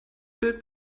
bild